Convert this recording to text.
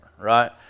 right